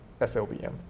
SLBM